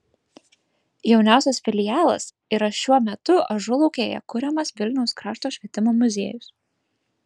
jauniausias filialas yra šiuo metu ažulaukėje kuriamas vilniaus krašto švietimo muziejus